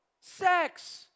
sex